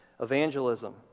Evangelism